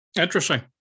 Interesting